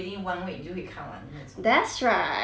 that's right okay